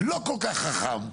לא כל כך חכם.